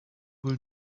will